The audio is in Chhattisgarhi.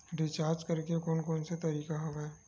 रिचार्ज करे के कोन कोन से तरीका हवय?